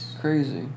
Crazy